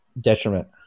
detriment